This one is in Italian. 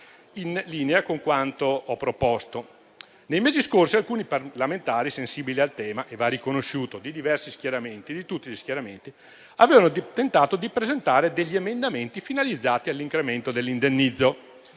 in linea con quanto ho proposto. Nei mesi scorsi alcuni parlamentari sensibili al tema - parlamentari di tutti gli schieramenti, va riconosciuto - avevano tentato di presentare degli emendamenti finalizzati all'incremento dell'indennizzo.